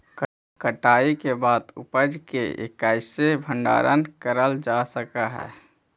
कटाई के बाद उपज के कईसे भंडारण करल जा सक हई?